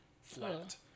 Flat